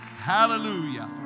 Hallelujah